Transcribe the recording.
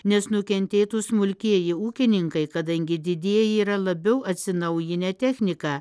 nes nukentėtų smulkieji ūkininkai kadangi didieji yra labiau atsinaujinę techniką